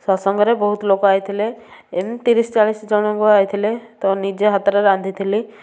ସତସଙ୍ଗରେ ବହୁତ ଲୋକ ଆଇଥିଲେ ଏମତି ତିରିଶ ଚାଳିଶି ଜଣ ଆଇଥିଲେ ତ ନିଜେ ହାତରେ ରାନ୍ଧିଥିଲି